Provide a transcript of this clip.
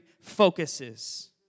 focuses